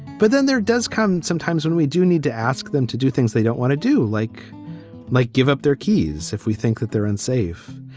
but then there does come sometimes when we do need to ask them to do things they don't want to do, like like give up their keys if we think that they're unsafe.